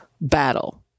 battle